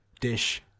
Dish